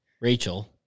Rachel